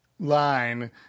line